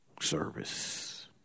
service